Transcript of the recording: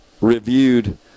reviewed